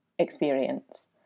experience